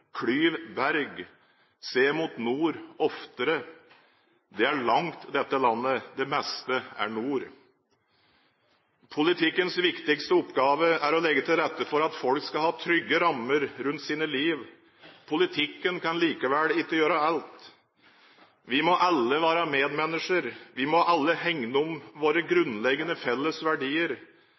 Klyv berg. Se mot nord. Oftere. Det er langt dette landet. Det meste er nord.» Politikkens viktigste oppgave er å legge til rette for at folk skal ha trygge rammer rundt sine liv. Politikken kan likevel ikke gjøre alt. Vi må alle være medmennesker. Vi må alle hegne om våre grunnleggende felles verdier.